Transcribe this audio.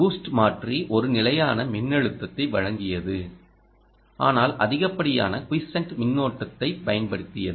boost மாற்றி ஒரு நிலையான மின்னழுத்தத்தை வழங்கியது ஆனால் அதிகப்படியான குயிசன்ட் மின்னோட்டத்தைப் பயன்படுத்தியது